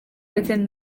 within